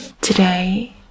today